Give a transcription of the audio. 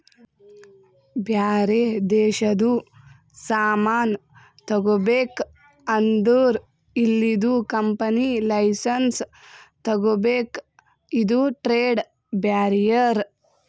ಬ್ಯಾರೆ ದೇಶದು ಸಾಮಾನ್ ತಗೋಬೇಕ್ ಅಂದುರ್ ಇಲ್ಲಿದು ಕಂಪನಿ ಲೈಸೆನ್ಸ್ ತಗೋಬೇಕ ಇದು ಟ್ರೇಡ್ ಬ್ಯಾರಿಯರ್